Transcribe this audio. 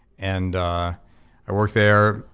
and i worked there,